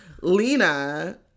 Lena